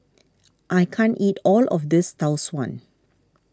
I can't eat all of this Tau Suan